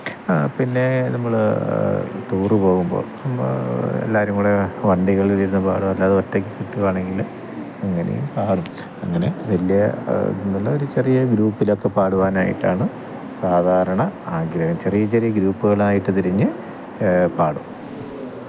പിന്നെ നമ്മൾ ടൂറ് പോകുമ്പോൾ ചുമ്മാ എല്ലാവരും കൂടെ വണ്ടികളിലിരുന്ന് പാടും അല്ലാതെ ഒറ്റയ്ക്ക് കിട്ടുകയാണെങ്കിൽ അങ്ങനെയും പാടും അങ്ങനെ വലിയ ഒന്നുമില്ല ഒരു ചെറിയെ ഗ്രൂപ്പിലൊക്കെ പാടുവാനായിട്ടാണ് സാധാരണ ആഗ്രഹം ചെറിയ ചെറിയ ഗ്രൂപ്പുകളായിട്ട് തിരിഞ്ഞ് പാടും